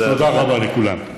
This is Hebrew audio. אז תודה רבה לכולם.